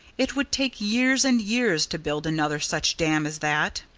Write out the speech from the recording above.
it would take years and years to build another such dam as that.